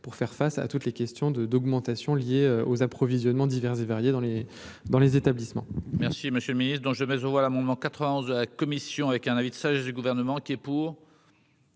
pour faire face à toutes les questions de d'augmentation liées aux approvisionnements divers et variés dans les dans les établissements scolaires. Si Monsieur le Ministre, dont je mais l'amendement 91 la Commission avec un avis de sagesse du gouvernement qui est pour.